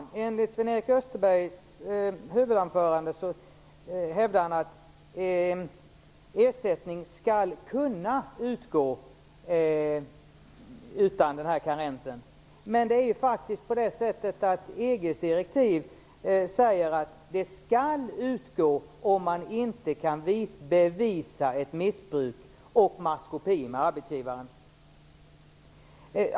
Herr talman! Sven-Erik Österberg hävdar i sitt huvudanförande att ersättning skall kunna utgå utan karens. Men det är ju faktiskt på det sättet att EG:s direktiv säger att ersättning skall utgå om man inte kan bevisa ett missbruk och maskopi med arbetsgivaren.